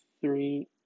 Three